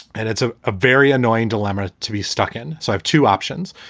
and it's a ah very annoying dilemma to be stuck in. so i have two options.